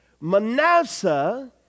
Manasseh